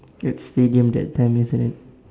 at stadium that time isn't it